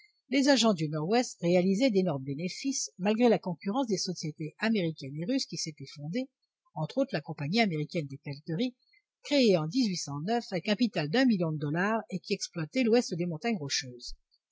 les agents du nord-ouest réalisaient d'énormes bénéfices malgré la concurrence des sociétés américaines et russes qui s'étaient fondées entre autres la compagnie américaine des pelleteries créée en avec un capital d'un million de dollars et qui exploitait l'ouest des montagnes rocheuses